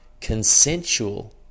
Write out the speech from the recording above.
consensual